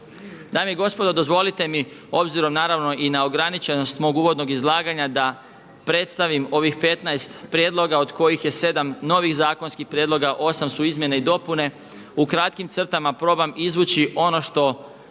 Dame i gospodo dozvolite mi obzirom naravno i na ograničenost mog uvodnog izlaganja da predstavim ovih 15 prijedloga od kojih je 7 novih zakonskih prijedloga, 8 su izmjene i dopune. U kratkim crtama probam izvući ono što